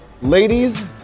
Ladies